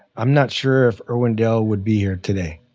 i'm not sure if irwindale would be here today.